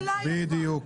בדיוק.